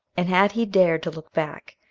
and had he dared to look back,